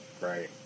right